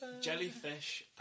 jellyfish